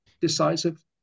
decisive